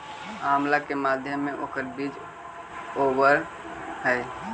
आंवला के मध्य में ओकर बीज होवअ हई